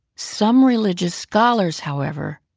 some religious scholars, however,